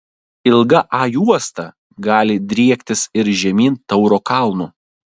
ilga a juosta gali driektis ir žemyn tauro kalnu